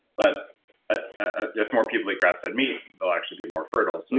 but ah if more people ate grass-fed meat, they'll actually be more fertile, so